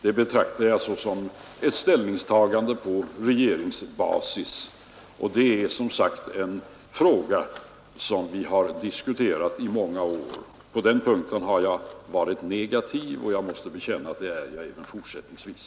Det betraktar jag såsom ett ställningstagande på regeringsbasis, och det är som sagt en fråga som vi har diskuterat i många år. På den punkten har jag varit negativ, och jag måste bekänna att det är jag även fortsättningsvis.